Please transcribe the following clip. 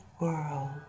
world